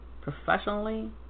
professionally